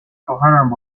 شوهرم